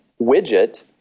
widget